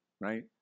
right